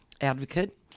advocate